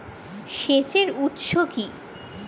সেচের উৎস কি?